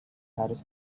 harus